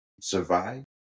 survive